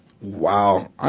Wow